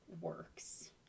works